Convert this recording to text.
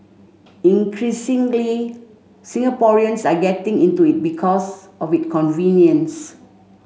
increasingly Singaporeans are getting into it because of it convenience